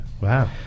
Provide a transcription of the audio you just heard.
Wow